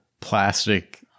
plastic